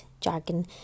jargon